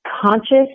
conscious